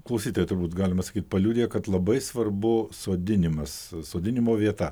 klausytoja turbūt galima sakyt paliudija kad labai svarbu sodinimas sodinimo vieta